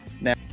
Now